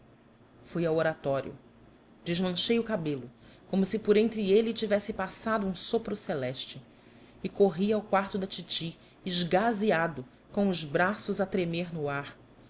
fui ao oratório desmanchei o cabelo como se por entre ele tivesse passado um sopro celeste e corri ao quarto da titi esgazeado com os braços a tremer no ar